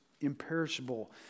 imperishable